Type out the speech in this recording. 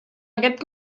aquest